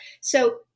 So-